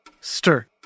Stir